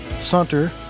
saunter